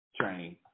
train